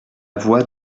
voix